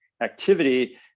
activity